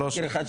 התשפ"ג-2023,